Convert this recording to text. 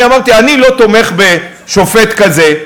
אני אמרתי: אני לא תומך בשופט כזה.